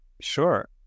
Sure